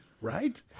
Right